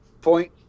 point